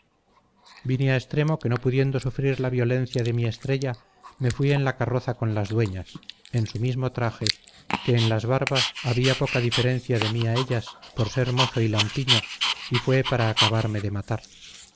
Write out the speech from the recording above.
vine a extremo que no pudiendo sufrir la violencia de mi estrella me fui en la carroza con las dueñas en su mismo traje que en las barbas había poca diferencia de mí a ellas por ser mozo y lampiño y fue para acabarme de matar